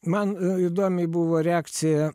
man įdomi buvo reakcija